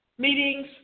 meetings